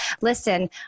listen